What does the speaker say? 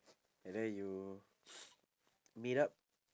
and then you meet up